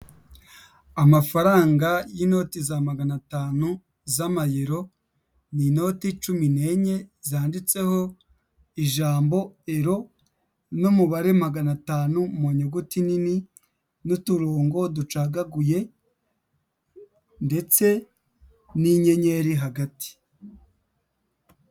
Amafaranga y'inoti za magana atanu, z'amayero, ni inoti cumi n'enye, zanditseho ijambo ero, n'umubare magana atanu mu nyuguti nini, n'uturongo ducagaguye, ndetse n'inyenyeri hagati.